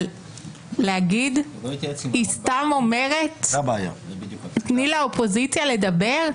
אבל להגיד: היא סתם אומרת, תני לאופוזיציה לדבר.